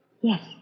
Yes